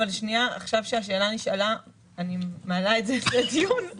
עכשיו כשהשאלה נשאלה אני מעלה את זה לדיון.